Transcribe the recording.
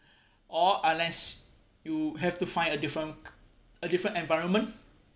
or unless you have to find a different a different environment